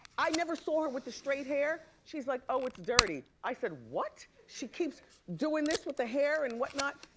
i never saw her with the straight hair. she's like, oh, it's dirty. i said, what? she keeps doing this with the hair and whatnot.